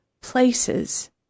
places